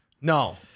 No